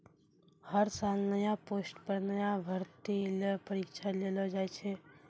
हर साल नया पोस्ट पर नया भर्ती ल परीक्षा लेलो जाय छै